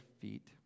feet